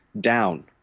down